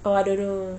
oh I don't know